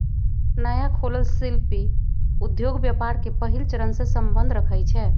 नया खोलल शिल्पि उद्योग व्यापार के पहिल चरणसे सम्बंध रखइ छै